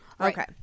okay